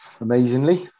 amazingly